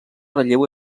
relleu